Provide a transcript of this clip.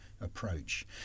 approach